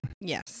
Yes